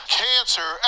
cancer